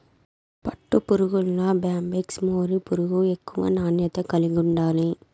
పట్టుపురుగుల్ల Bombyx mori పురుగు ఎక్కువ నాణ్యత కలిగుండాది